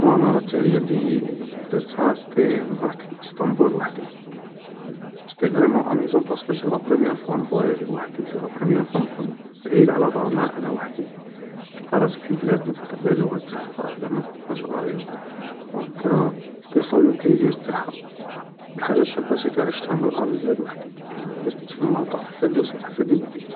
المغامرة التالية اللي درتها, سيتي رحت لاسطنبول وحدي, و سيتي فريمون اميزون بارسكو سيتي لا بروميار فوا نفواياجي وحدي, سي لا بروميار فوا نكون بعيد على دارنا انا وحدي تلقى راسك في بلاد ما تهدر لا لغة تاعها, ما تعرفهاش غاية, دونك سيتي سا لو بليزير تاعها, و الحاجة الشابة سيكو عشتها من ا ل زاد و حدي, يعني ملي ركبت في المطار ,ملي وصلت حتى اللي وليت